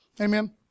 Amen